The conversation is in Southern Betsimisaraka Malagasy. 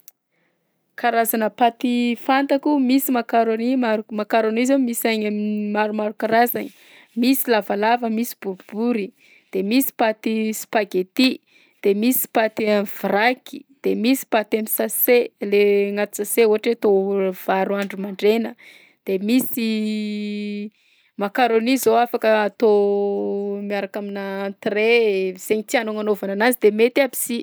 Karazana paty fantako: misy macaroni, mar- macaroni zao misy agny am'maromaro karazany, misy lavalava, misy boribory, de misy paty spaghetti, de misy paty am'vraky de misy paty am'sase, le agnaty sase ohatra hoe atao vary andro mandraina, de misy macaroni zao afaka atao miaraka aminà entrée, zaigny tianao agnanaovana azy de mety aby si.